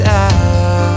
out